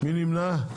מי נמנע?